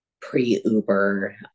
pre-Uber